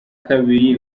kabiri